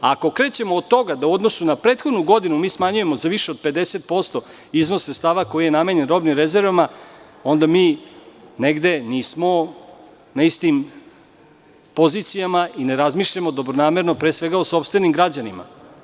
Ako krećemo od toga da u odnosu na prethodnu godinu smanjujemo za više od 50% iznos sredstava koji je namenjen robnim rezervama, onda mi negde nismo na istim pozicijama i ne razmišljamo dobronamerno, pre svega, o sopstvenim građanima.